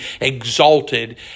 exalted